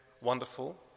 wonderful